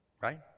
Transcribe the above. Right